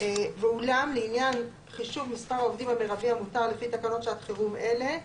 ואולם לעניין חישוב מספר העובדים המרבי המותר לפי תקנות שעת חירום אלה,